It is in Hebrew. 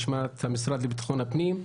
נשמע את המשרד לביטחון הפנים.